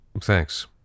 Thanks